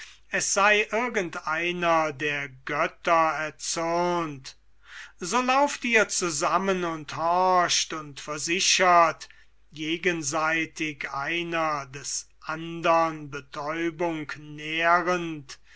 es sei irgend einer der götter erzürnt so lauft ihr zusammen und horcht und versichert gegenseitig einer des andern betäubung nährend